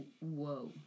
Whoa